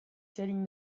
selling